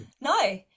No